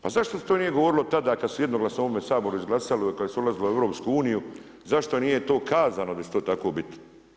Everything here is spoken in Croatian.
Pa zašto se to nije govorilo tada kada se jednoglasno u ovome Saboru izglasalo, kada se ulazilo u EU zašto nije to kazano da će to tako biti.